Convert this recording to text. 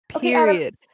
Period